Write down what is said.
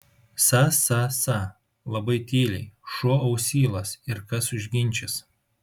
sa sa sa labai tyliai šuo ausylas ir kas užginčys